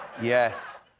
Yes